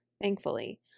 thankfully